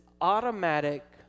automatic